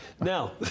Now